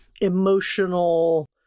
emotional